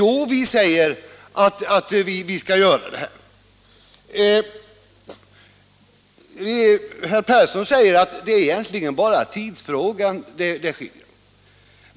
Onsdagen den Herr Persson säger att det egentligen bara är i tidsfrågan vi är oense.